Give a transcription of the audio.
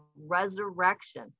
resurrection